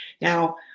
Now